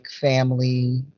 family